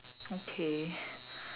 okay